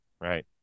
Right